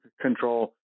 control